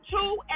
two